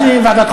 לוועדה,